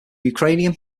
ukrainian